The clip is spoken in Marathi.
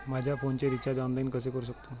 माझ्या फोनचे रिचार्ज ऑनलाइन कसे करू शकतो?